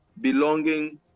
belonging